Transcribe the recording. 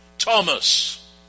Thomas